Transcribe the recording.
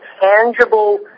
tangible